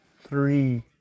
three